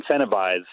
incentivize